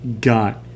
got